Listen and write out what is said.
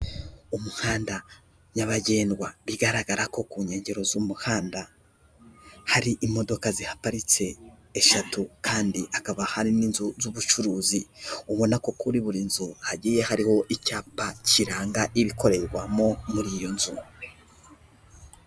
Umuhanda nyabagendwa bigaragara ko ku nkengero z'umuhanda, hari imodoka zihaparitse eshatu kandi hakaba hari n'inzu z'ubucuruzi, ubona ko kuri buri nzu hagiye hariho icyapa kiranga ibikorerwamo muri iyo nzu.